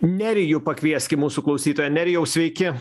nerijų pakvieskim mūsų klausytoją nerijau sveiki